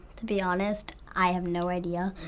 to be honest, i have no idea,